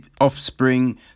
offspring